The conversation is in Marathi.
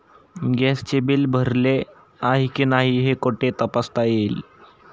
गॅसचे बिल भरले आहे की नाही हे कुठे तपासता येईल?